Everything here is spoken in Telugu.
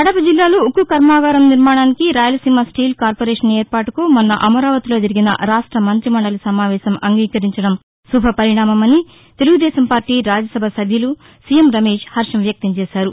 కడప జిల్లాలో ఉక్కు కర్నాగారం నిర్మాణానికి రాయలసీమ స్టీల్ కార్పొరేషన్ ఏర్పాటుకు మొన్న అమరావతిలో జరిగిన రాష్ట మంత్రి మండలి సమావేశంలో అంగీకరించడం శుభపరిణామమని తెలుగుదేశం పార్టీ రాజ్యసభ సభ్యులు సీఎం రమేష్ హర్షం వ్యక్తం చేశారు